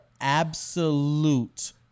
absolute